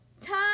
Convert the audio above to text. Time